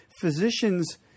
physicians